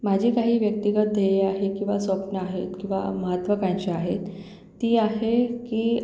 माझे काही व्यक्तिगत ध्येय आहे किंवा स्वप्न आहेत किंवा महत्त्वाकांशा आहेत ती आहे की